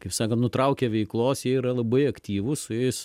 kaip sakant nutraukę veiklos jie yra labai aktyvūs su jais